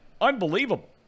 unbelievable